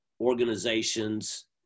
organizations